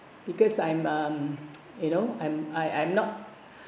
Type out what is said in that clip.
because I'm um you know I'm I I'm not